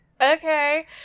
okay